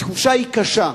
התחושה היא קשה,